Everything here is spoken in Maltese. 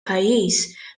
pajjiż